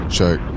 Check